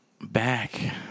back